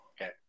okay